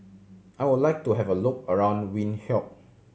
I would like to have a look around Windhoek